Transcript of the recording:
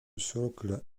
socle